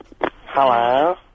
Hello